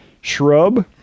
shrub